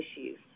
issues